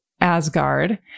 Asgard